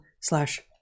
slash